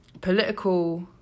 political